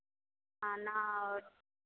खाना और